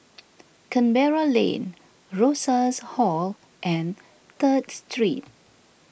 Canberra Lane Rosas Hall and Third Street